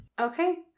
Okay